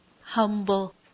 humble